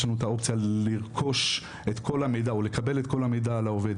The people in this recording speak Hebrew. יש לנו את האופציה לרכוש את כל המידע או לקבל את כל המידע על העובד.